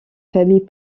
familles